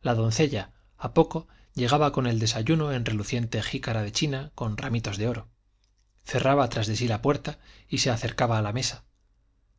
la doncella a poco llegaba con el desayuno en reluciente jícara de china con ramitos de oro cerraba tras sí la puerta y se acercaba a la mesa